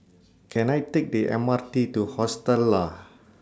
Can I Take The M R T to Hostel Lah